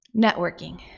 Networking